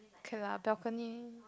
okay lah balcony